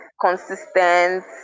consistent